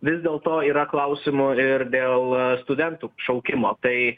vis dėlto yra klausimų ir dėl studentų šaukimo tai